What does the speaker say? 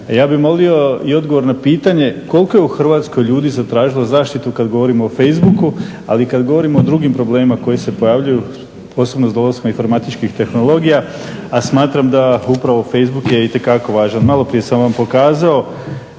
Ja bi molio odgovor na pitanje koliko je u Hrvatskoj ljudi zatražilo zaštitu kada govorimo o facebooku ali i kada govorimo o drugim problemima koji se pojavljuju posebno s dolaskom informatičkih tehnologija? A smatram da upravo facebook je itekako važan. Malo prije sam vam pokazao